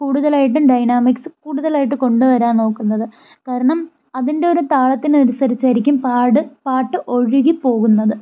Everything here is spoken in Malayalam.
കൂടുതലായിട്ടും ഡൈനാമിക്സ് കൂടുതലായിട്ട് കൊണ്ടുവരാൻ നോക്കുന്നത് കാരണം അതിൻ്റെ ഒരു താളത്തിന് അനുസരിച്ചായിരിക്കും പാട് പാട്ട് ഒഴുകി പോകുന്നത്